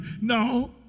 No